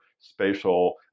spatial